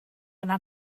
yna